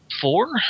four